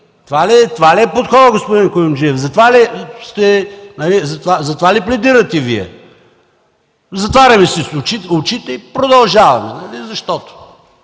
Това ли е подходът, господин Куюмджиев? За това ли пледирате Вие? Затваряме си очите и продължаваме, защото...